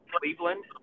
Cleveland